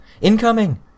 Incoming